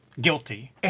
guilty